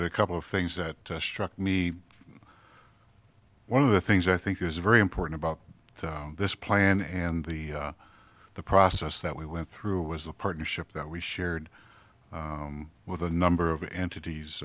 highlight a couple of things that struck me one of the things i think is very important about this plan and the the process that we went through was the partnership that we shared with a number of entities